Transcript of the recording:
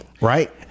Right